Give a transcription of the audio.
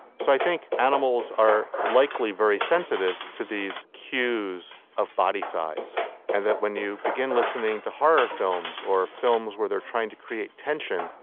so i think animals are likely very sensitive to these cues of body size and that when you begin listening to horror films or films where they're trying to create tension,